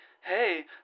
hey